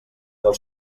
del